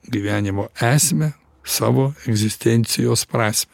gyvenimo esmę savo egzistencijos prasmę